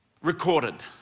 recorded